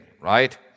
right